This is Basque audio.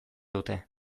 dute